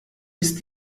ist